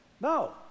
No